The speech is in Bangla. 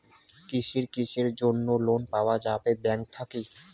কিসের কিসের জন্যে লোন পাওয়া যাবে ব্যাংক থাকি?